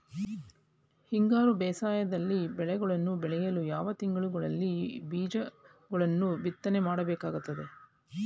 ಹಿಂಗಾರು ಬೇಸಾಯದಲ್ಲಿ ಬೆಳೆಗಳನ್ನು ಬೆಳೆಯಲು ಯಾವ ತಿಂಗಳುಗಳಲ್ಲಿ ಬೀಜಗಳನ್ನು ಬಿತ್ತನೆ ಮಾಡಬೇಕಾಗುತ್ತದೆ?